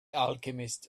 alchemist